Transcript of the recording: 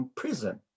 prison